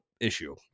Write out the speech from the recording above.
issue